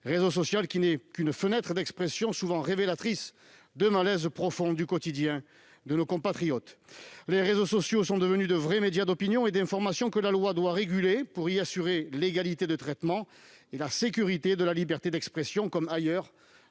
réseau qui n'est qu'une fenêtre d'expression, souvent révélatrice de malaises profonds du quotidien de nos compatriotes. C'est faux ! Les réseaux sociaux sont devenus de vrais médias d'opinion et d'information que la loi doit réguler, pour y assurer l'égalité de traitement et la sécurité de la liberté d'expression, comme ailleurs